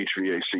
HVAC